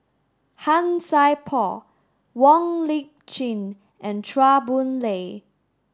Han Sai Por Wong Lip Chin and Chua Boon Lay